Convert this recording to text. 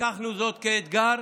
לקחנו זאת כאתגר,